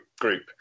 group